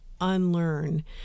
Unlearn